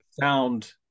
Sound